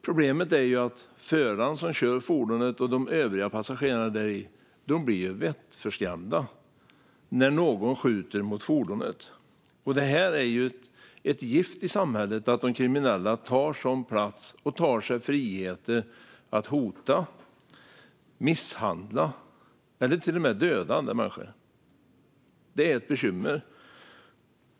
Problemet är att föraren som kör fordonet och de övriga passagerarna däri blir vettskrämda när någon skjuter mot fordonet. Det är ett gift i samhället att de kriminella tar en sådan plats och tar sig friheter att hota, misshandla eller till och med döda andra människor. Det är ett bekymmer.